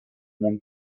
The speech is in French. membres